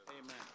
Amen